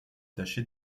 taché